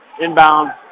inbound